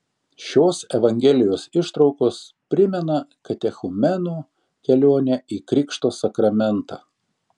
šios evangelijos ištraukos primena katechumeno kelionę į krikšto sakramentą